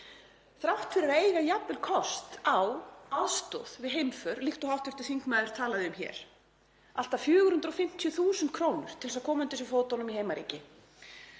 þrátt fyrir að eiga jafnvel kost á aðstoð við heimför, líkt og hv. þingmaður talaði um hér, allt að 450.000 kr. til að koma undir sig fótunum í heimaríki,